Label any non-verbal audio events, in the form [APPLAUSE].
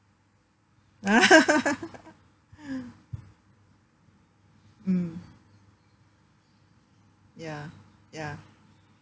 [LAUGHS] mm ya ya